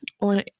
on